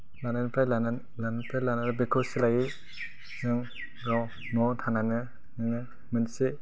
लानायनिफ्राय लाना लानायनिफ्राय लानानै बेखौ सोलायै जों गाव न'आव थानानैनो मोनसे